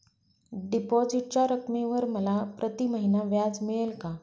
डिपॉझिटच्या रकमेवर मला प्रतिमहिना व्याज मिळेल का?